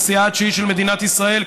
נשיאה התשיעי של מדינת ישראל,